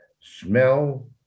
smell